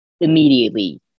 immediately